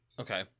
Okay